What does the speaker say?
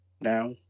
now